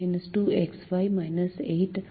என எழுதலாம்